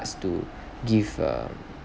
us to give uh